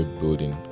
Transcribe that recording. building